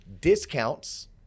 discounts